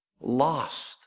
lost